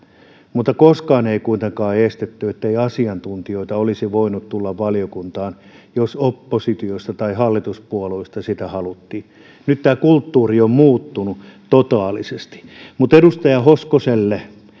mutta koskaan ei kuitenkaan estetty että asiantuntijoita olisi voinut tulla valiokuntaan jos oppositiosta tai hallituspuolueista sitä haluttiin nyt tämä kulttuuri on muuttunut totaalisesti edustaja hoskoselle